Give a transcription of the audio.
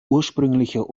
ursprünglicher